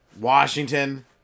washington